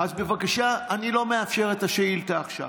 אז בבקשה, אני לא מאפשר את השאילתה עכשיו.